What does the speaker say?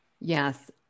Yes